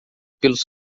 pelos